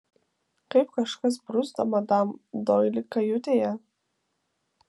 kaip kažkas bruzda madam doili kajutėje